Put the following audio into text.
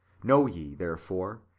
know ye therefore,